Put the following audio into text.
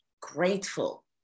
grateful